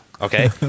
Okay